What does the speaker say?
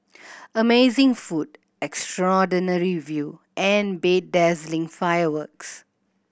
amazing food extraordinary view and bedazzling fireworks